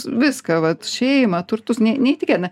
viską vat šeimą turtus ne neįtikina